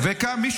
מה אתה כן רוצה?